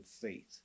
faith